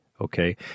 okay